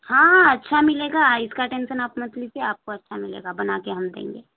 ہاں اچھا ملے گا اور اس کا ٹینشن آپ مت لیجیے آپ کو اچھا ملے گا بنا کے ہم دیں گے